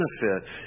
benefit